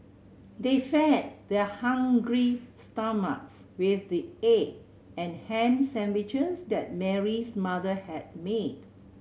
they fed their hungry stomachs with the egg and ham sandwiches that Mary's mother had made